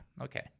Okay